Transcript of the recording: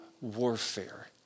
warfare